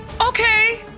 okay